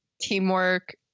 teamwork